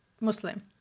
Muslim